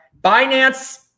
Binance